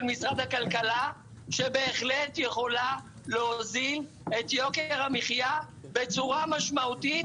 משרד הכלכלה שיכולה להוזיל את יוקר המחיה בצורה משמעותית